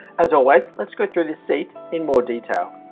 as always, let's go through this seat in more detail.